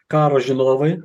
karo žinovai